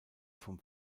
vom